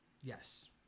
Yes